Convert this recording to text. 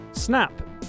Snap